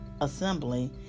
assembly